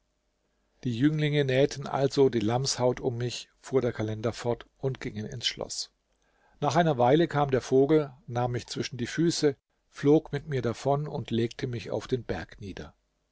die jünglinge nähten also die lammshaut um mich fuhr der kalender fort und gingen ins schloß nach einer weile kam der vogel nahm mich zwischen die füße flog mit mir davon und legte mich auf den berg nieder